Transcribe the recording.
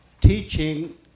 teaching